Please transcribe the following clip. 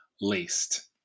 laced